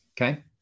Okay